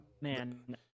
Man